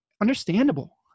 understandable